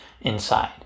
inside